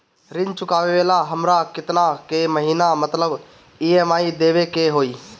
ऋण चुकावेला हमरा केतना के महीना मतलब ई.एम.आई देवे के होई?